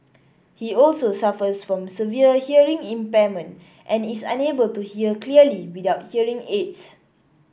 he also suffers from severe hearing impairment and is unable to hear clearly without hearing aids